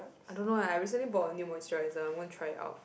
I don't know eh I recently bought a new moisturizer I'm gonna try it out